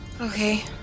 okay